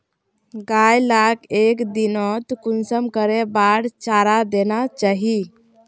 गाय लाक एक दिनोत कुंसम करे बार चारा देना चही?